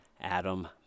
Adam